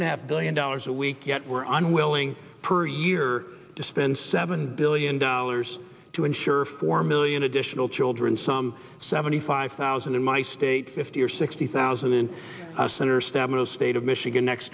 and a half billion dollars a week yet we're unwilling per year to spend seven billion dollars to insure four million additional children some seventy five thousand in my state fifty or sixty thousand in a senator stabenow state of michigan next